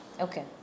Okay